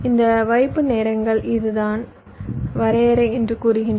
இந்த வைப்பு நேரங்கள் இதுதான் வரையறை என்று கூறுகின்றன